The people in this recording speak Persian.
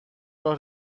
راه